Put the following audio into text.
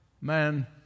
man